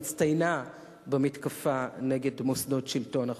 הצטיינה במתקפה נגד מוסדות שלטון החוק.